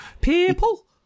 People